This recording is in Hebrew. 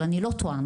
אבל אני לא טועה,